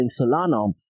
Solana